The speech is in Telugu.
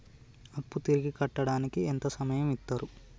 అప్పు తిరిగి కట్టడానికి ఎంత సమయం ఇత్తరు?